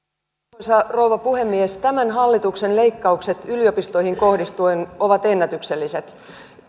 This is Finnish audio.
arvoisa rouva puhemies tämän hallituksen leikkaukset yliopistoihin kohdistuen ovat ennätykselliset